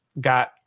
got